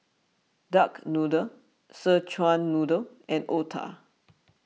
Duck Noodle Szechuan Noodle and Otah